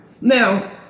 Now